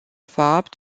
fapt